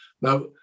Now